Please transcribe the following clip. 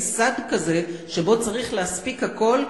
אחת התוצאות היא אותו סד של זמן שבו צריך להספיק הכול,